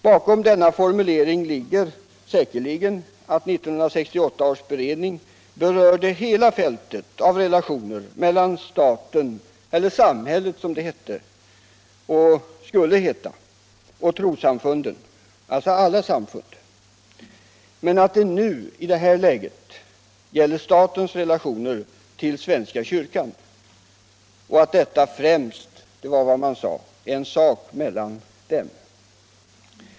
Bakom denna formulering ligger att 1968 års beredning rörde hela fältet av relationer mellan staten —- eller samhället, som det hette och skulle heta — och trossamfunden, alltså alla samfund, men att det nu gällde statens relationer till svenska kyrkan, och att det främst var en sak mellan dem.